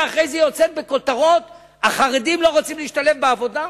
ואחרי זה היא יוצרת כותרת שהחרדים לא רוצים להשתלב בעבודה?